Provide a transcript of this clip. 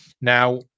Now